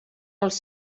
als